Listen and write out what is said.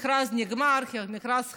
המכרז נגמר, מכרז חדש,